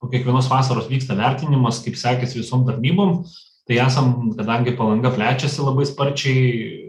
po kiekvienos vasaros vyksta vertinimas kaip sekėsi visom tarnybom tai esam kadangi palanga plečiasi labai sparčiai